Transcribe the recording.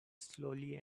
slowly